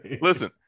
listen